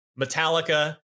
Metallica